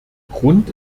grund